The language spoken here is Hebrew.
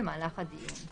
במהלך הדיון.